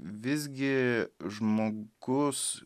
visgi žmogus